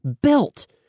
built